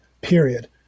period